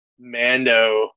Mando